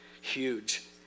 huge